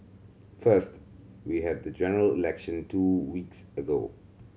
first we had the General Election two weeks ago